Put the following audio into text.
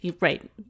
right